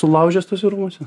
sulaužęs tuose rūmuose